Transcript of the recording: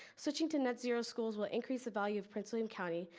switching to netzero schools will increase the value of prince william county,